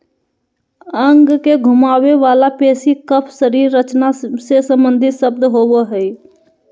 अंग के घुमावे वला पेशी कफ शरीर रचना से सम्बंधित शब्द होबो हइ